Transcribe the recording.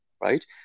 right